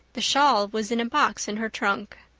the shawl was in a box in her trunk.